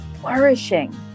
flourishing